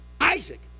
Isaac